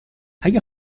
اگه